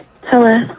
hello